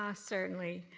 ah certainly.